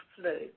flu